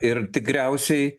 ir tikriausiai